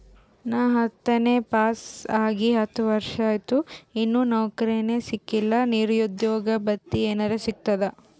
ನಾ ಹತ್ತನೇ ಪಾಸ್ ಆಗಿ ಹತ್ತ ವರ್ಸಾತು, ಇನ್ನಾ ನೌಕ್ರಿನೆ ಸಿಕಿಲ್ಲ, ನಿರುದ್ಯೋಗ ಭತ್ತಿ ಎನೆರೆ ಸಿಗ್ತದಾ?